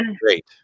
great